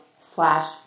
slash